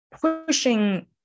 pushing